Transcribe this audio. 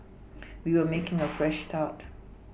we were making a fresh start